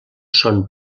són